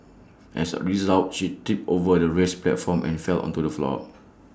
as A result she tripped over the raised platform and fell onto the floor